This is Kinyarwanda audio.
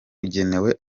ugenewe